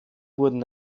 wurden